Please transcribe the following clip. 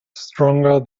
stronger